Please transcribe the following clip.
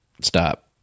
stop